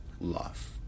love